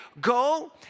go